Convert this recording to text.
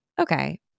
Okay